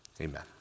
amen